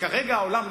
וכרגע העולם,